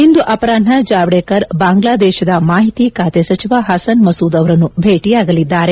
ಇಂದು ಅಪರಾಹ್ತ ಜಾವಡೇಕರ್ ಬಾಂಗ್ಲಾದೇಶದ ಮಾಹಿತಿ ಖಾತೆಯ ಸಚಿವ ಹಸನ್ ಮಸೂದ್ ಅವರನ್ನು ಭೇಟಿಯಾಗಲಿದ್ದಾರೆ